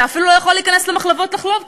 אתה אפילו לא יכול להיכנס למחלבות לחלוב,